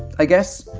i guess.